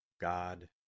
God